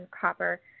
copper